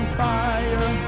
fire